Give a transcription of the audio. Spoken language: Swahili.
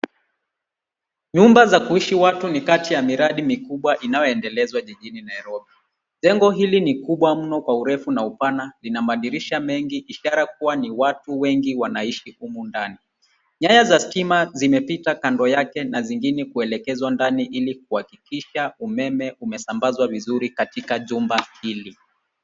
Nyumba za kuishi watu ni kati ya miradi mikubwa inayoendelezwa jijini Nairobi. Jengo hili ni kubwa sana kwa urefu na upana lina madirisha mengi ishara kuwa ni watu wengi wanaishi humu ndani. Nyaya za stima zimepita kando yake na zingine kuelekezwa ndani ili kuhakikisha umeme umesambazwa vizuri katika jumba hili.